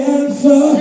answer